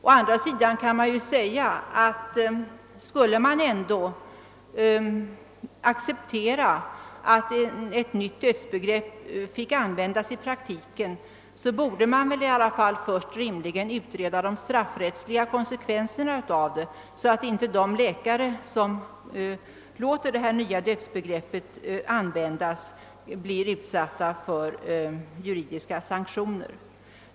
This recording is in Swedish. Å andra sidan kan man säga, att skulle ändå ett nytt dödsbegrepp komma att accepteras i praktiken, så vore det väl i alla fall rimligt att först utreda de straffrättsliga konsekvenserna, så att inte de läkare som tillämpar ett nytt dödsbegrepp blir utsatta för juridiska sanktioner.